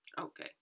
Okay